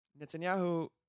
Netanyahu